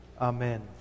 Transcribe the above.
Amen